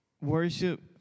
worship